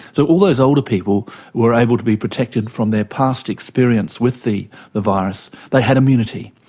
so all those older people were able to be protected from their past experience with the the virus, they had immunity.